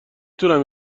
تونم